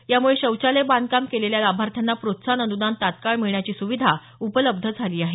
यामुळे शौचालय बांधकाम केलेल्या लाभार्थ्यांना प्रोत्साहन अनुदान तत्काळ मिळण्याची सुविधा उपलब्ध झाली आहे